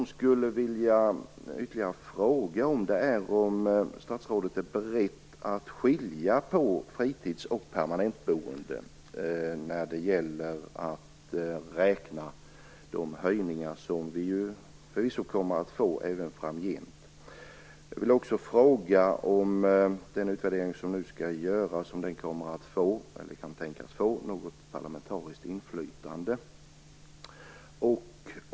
Jag skulle också vilja fråga om statsrådet är beredd att skilja på fritids och permanentboende när det gäller att räkna fram de höjningar som vi förvisso får även framgent. Kan kommande utvärdering tänkas få ett parlamentariskt inflytande?